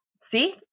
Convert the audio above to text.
See